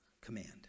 command